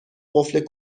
قفل